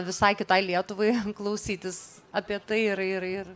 visai kitai lietuvai klausytis apie tai ir ir ir